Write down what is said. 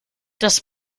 das